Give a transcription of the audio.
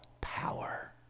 power